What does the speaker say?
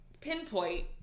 pinpoint